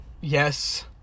Yes